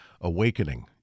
awakening